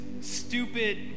stupid